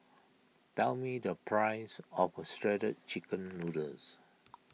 tell me the price of Shredded Chicken Noodles